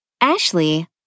Ashley